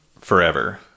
forever